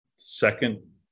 second